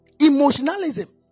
Emotionalism